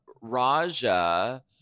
Raja